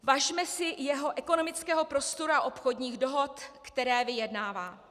Važme si jeho ekonomického prostoru a obchodních dohod, které vyjednává.